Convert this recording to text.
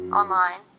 online